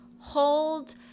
Hold